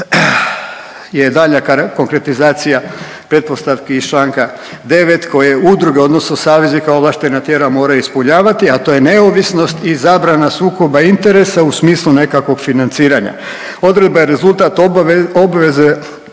je daljnja konkretizacija pretpostavki iz čl. 9. koje udruge odnosno savezi kao ovlaštena tijela moraju ispunjavati, a to je neovisnost i zabrana sukoba interesa u smislu nekakvog financiranja. Odredba je rezultat obveze